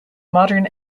modern